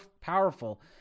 powerful